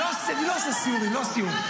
לא סיורים, אני לא עושה סיורים.